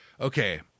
Okay